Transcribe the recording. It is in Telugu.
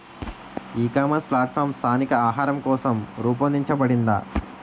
ఈ ఇకామర్స్ ప్లాట్ఫారమ్ స్థానిక ఆహారం కోసం రూపొందించబడిందా?